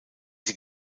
sie